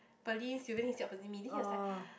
Pearlyn Sylvia sit opposite me then he was like